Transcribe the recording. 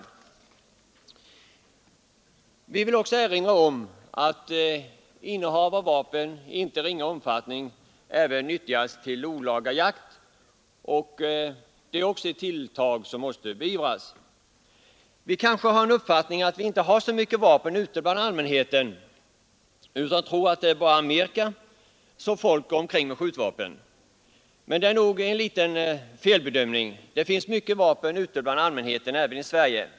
Jag vill också erinra om att vapen i inte ringa omfattning utnyttjas till olaga jakt. Det är också ett tilltag som måste beivras. Vi kanske har uppfattningen att det inte finns så mycket vapen ute bland allmänheten, vi kanske tror att det bara är i Amerika som folk går omkring med skjutvapen. Men det är nog en liten felbedömning. Det finns mycket vapen ute bland allmänheten även i Sverige.